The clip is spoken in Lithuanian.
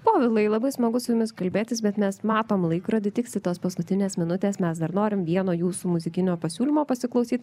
povilai labai smagu su jumis kalbėtis bet mes matom laikrodį tiksi tos paskutinės minutės mes dar norim vieno jūsų muzikinio pasiūlymo pasiklausyt